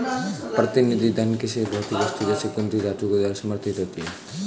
प्रतिनिधि धन किसी भौतिक वस्तु जैसे कीमती धातुओं द्वारा समर्थित होती है